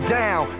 down